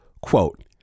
quote